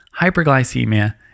hyperglycemia